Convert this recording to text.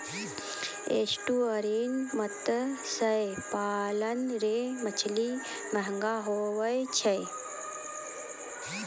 estuarine मत्स्य पालन रो मछली महगो हुवै छै